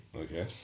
Okay